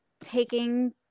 taking